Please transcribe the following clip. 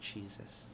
Jesus